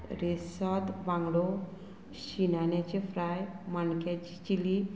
रेसाद बांगडो शिन्यान्याचे फ्राय माणक्यांची चिली